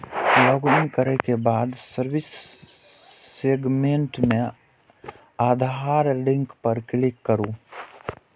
login करै के बाद सर्विस सेगमेंट मे आधार लिंक पर क्लिक करू